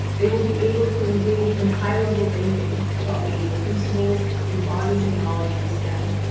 they will be able to engage in high-level thinking about major principles and bodies of knowledge in stem,